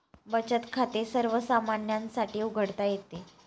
बचत खाते सर्वसामान्यांसाठी उघडता येते